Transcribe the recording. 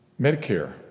Medicare